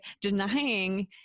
denying